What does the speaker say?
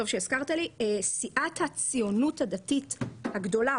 סיעת הציונות הדתית הגדולה,